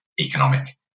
economic